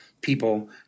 people